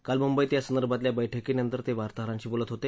काल मुंबईत या संदर्भातल्या बैठकीनंतर ते वाताहरांशी बोलत होते